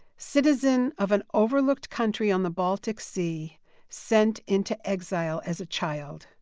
citizen of an overlooked country on the baltic sea sent into exile as a child.